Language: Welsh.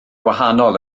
wahanol